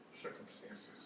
circumstances